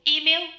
Email